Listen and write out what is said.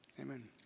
Amen